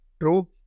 True